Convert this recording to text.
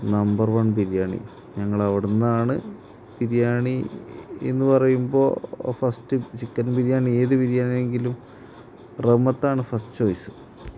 number one biryani ഞങ്ങളവിടുന്നാണ് ബിരിയാണി എന്ന് പറയുമ്പോൾ ഫസ്റ്റ് ചിക്കൻ ബിരിയാണി ഏത് ബിരിയാണിയെങ്കിലും റഹ്മത്താണ് ഫസ്റ്റ് ചോയ്സ്